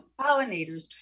pollinators